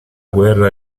guerra